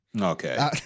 Okay